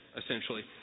essentially